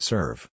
Serve